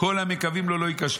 "כל המקווים לו לא ייכשלו".